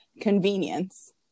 convenience